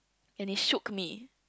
and it shook me